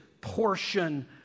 portion